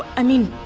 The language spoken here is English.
i mean,